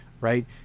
right